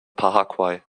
paraguay